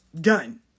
done